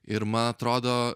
ir man atrodo